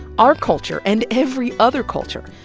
our culture, and every other culture,